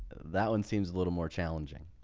that one seems a little more challenging.